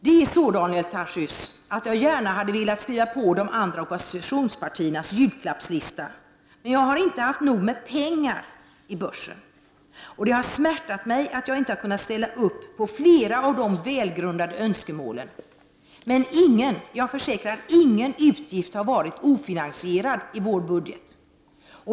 Det är så, Daniel Tarschys, att jag gärna hade velat skriva på de andra oppositionspartiernas julklappslista, men jag har inte haft tillräckligt med pengar i börsen. Det har smärtat mig att jag inte har kunnat ställa upp på flera av de välgrundade önskemålen. Men jag försäkrar att ingen utgift har varit ofinansierad i vår budget.